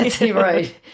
right